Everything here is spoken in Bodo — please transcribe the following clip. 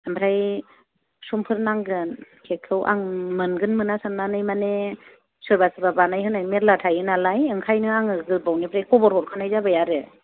ओमफ्राय समफोर नांगोन केकखौ आं मोनगोन मोना साननानै माने सोरबा सोरबा बानाय होनाय मेल्ला थायो नालाय ओंखायनो आङो गोबावनिफ्राय खबर हरखानाय जाबाय आरो